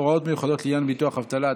(הוראות מיוחדות לעניין ביטוח אבטלה),